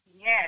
Yes